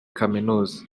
kaminuza